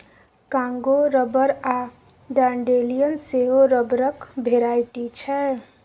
Congo rubber आ dandelion सेहो रबरक भेराइटी छै